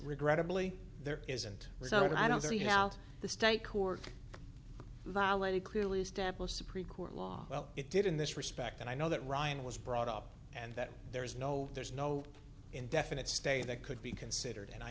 regrettably there isn't so i don't see how the state court valente clearly established supreme court law well it did in this respect and i know that ryan was brought up and that there is no there's no indefinite stay that could be considered and i